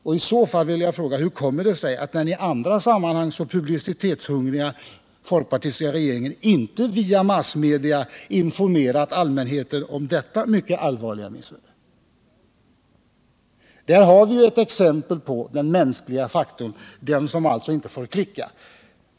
Och i så fall: Hur kommer det sig att den i andra sammanhang så publicitetshungriga folkpartiregeringen inte via massmedia informerat allmänheten om detta mycket allvarliga missöde? Där har vi ett exempel på den mänskliga faktorn — den som alltså inte får klicka.